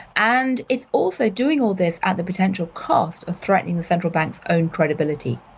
and it's also doing all this at the potential cost of threatening the central bank's own credibility.